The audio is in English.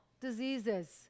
diseases